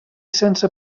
sense